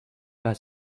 pas